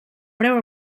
preu